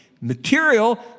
material